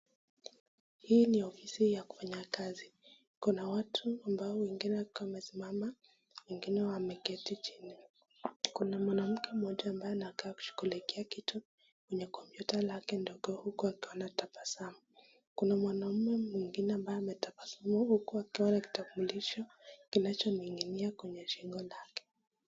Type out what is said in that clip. Hii ni ofisi ya kufanya kazi, kuna watu ambao wengine wakiwa wamesimama, wengine wameketi chini. Kuna mwanamke mmoja ambaye anakaa kushughulikia kitu kwenye kompyuta lake ndogo huku akiwa anatabasamu, kuna mwanaume mwingine ambaye ametabasamu huku akiwa na kitambulisho kinacho ning'inia kwenye shingo lake.